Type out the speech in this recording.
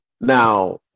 Now